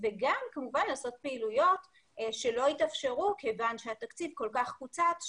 וגם כמובן לעשות פעילויות שלא יתאפשרו כיוון שהתקציב כל כך קוצץ,